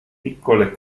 piccole